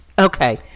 Okay